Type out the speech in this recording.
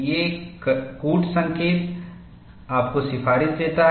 एक कूट संकेत आपको सिफारिश देता है